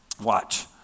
Watch